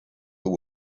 this